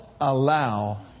allow